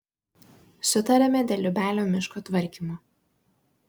sutarėme dėl liubelio miško tvarkymo